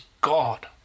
God